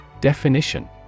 Definition